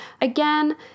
Again